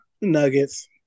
Nuggets